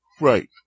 Right